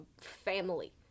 Family